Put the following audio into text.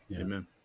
Amen